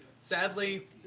Sadly